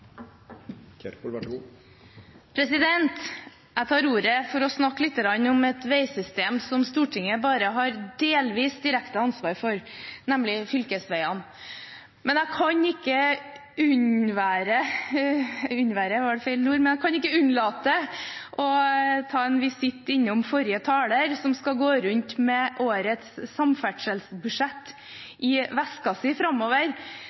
Jeg tar ordet for å snakke litt om et veisystem som Stortinget bare har delvis direkte ansvar for, nemlig fylkesveiene. Men jeg kan ikke unnlate å avlegge forrige taler en visitt, som skal gå rundt med årets samferdselsbudsjett i vesken si framover – forhåpentligvis når han